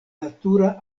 natura